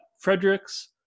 Fredericks